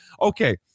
Okay